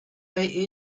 they